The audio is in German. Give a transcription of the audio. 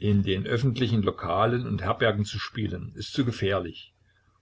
in den öffentlichen lokalen und herbergen zu spielen ist zu gefährlich